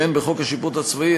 והן בחוק השיפוט הצבאי,